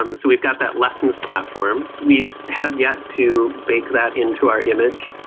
um so we've got that lessons platform. we so have yet to bake that into our image.